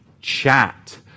chat